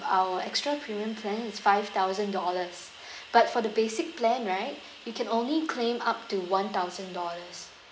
our extra premium plan is five thousand dollars but for the basic plan right you can only claim up to one thousand dollars